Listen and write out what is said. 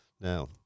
now